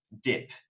dip